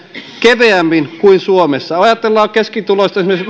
keveämmin kuin suomessa ajatellaan keskituloista esimerkiksi